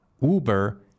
Uber